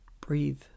breathe